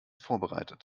vorbereitet